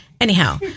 Anyhow